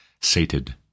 sated